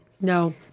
no